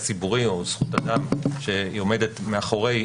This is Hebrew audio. ציבורי או זכות אדם שעומדת מאחורי,